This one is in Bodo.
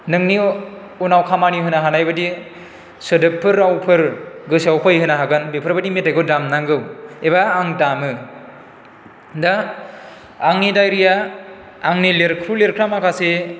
नोंनि उनाव खामानि होनो हानाय बायदि सोदोबफोर रावफोर गोसोआव फैहोनो हागोन बेफोर बायदि मेथाइखौ दामनांगौ एबा आं दामो दा आंनि डायरिया आंनि लेरखु लेरखा माखासे